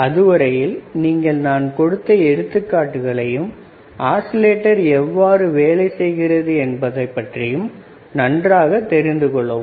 அதுவரையில் நீங்கள் நான் கொடுத்த எடுத்துக்காட்டுகளையும் ஆஸிலேட்டர் எவ்வாறு வேலை செய்கிறது என்பதைப் பற்றியும் நன்றாக தெரிந்து கொள்ளவும்